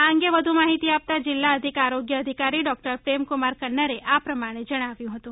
આ અંગે વધુ માહિતી આપતાં જિલ્લા અધિક આરોગ્ય અધિકારી ડોકટર પ્રેમકુમાર કન્નરે આ પ્રમાણે જણાવ્યું હતું